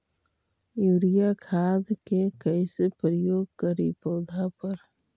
Urea खाद के कैसे प्रयोग करि पौधा पर?